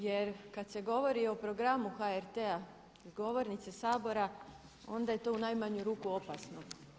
Jer kad se govori o programu HRT-a s govornice Sabora onda je to u najmanju ruku opasno.